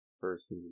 versus